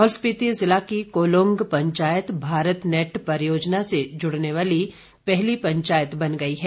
लाहौल स्पिति जिला की कोलोंग पंचायत भारत नेट परियोजना से जुड़ने वाली पहली पंचायत बन गई है